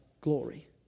glory